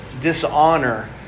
dishonor